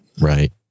Right